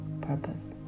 purpose